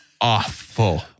awful